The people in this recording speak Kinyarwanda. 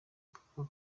two